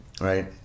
right